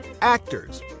actors